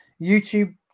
YouTube